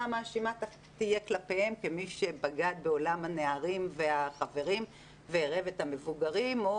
המאשימה תהיה כלפיהם כמי שבגד בעולם הנערים והחברים ועירב את המבוגרים.